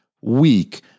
weak